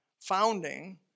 founding